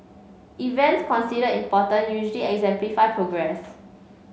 events considered important usually exemplify progress